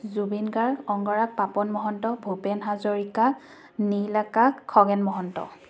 Zubeen Garg Angaraag Papon Mahanta Bhupen Hazarika Neel Akash Khagen Mahanta